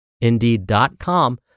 Indeed.com